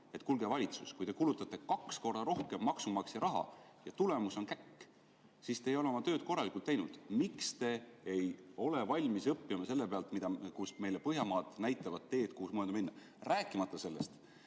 kuulge, valitsus, kui te kulutate kaks korda rohkem maksumaksja raha ja tulemus on käkk, siis te ei ole oma tööd korralikult teinud. Miks te ei ole valmis õppima sellest, milles Põhjamaad näitavad teed, mida mööda minna? Rääkimata sellest,